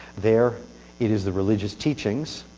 there, it is the religious teachings